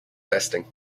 testing